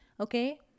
Okay